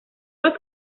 los